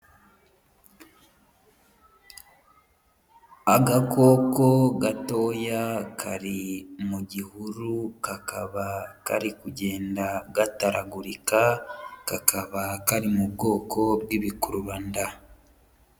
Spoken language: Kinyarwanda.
Agakoko gatoya kari mu gihuru, kakaba kari kugenda gataragurika, kakaba kari mu bwoko bw'ibikurubanda.